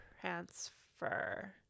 transfer